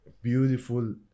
beautiful